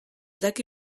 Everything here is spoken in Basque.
daki